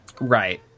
Right